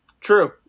True